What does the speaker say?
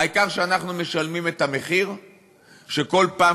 העיקר שאנחנו משלמים את המחיר שכל פעם